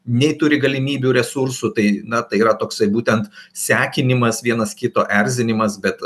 nei turi galimybių resursų tai na tai yra toksai būtent sekinimas vienas kito erzinimas bet